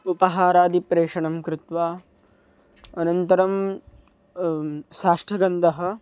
उपहारादिप्रेषणं कृत्वा अनन्तरं साष्टगन्धः